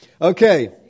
Okay